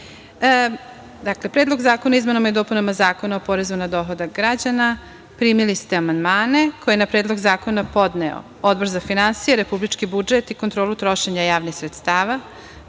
vreme. Dakle, Predlog zakona o izmenama i dopunama Zakona o porezu na dohodak građana. Primili ste amandmane koje je na Predlog zakona podneo Odbor za finansije, republički budžet i kontrolu trošenja javnih sredstava. Primili